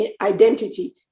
identity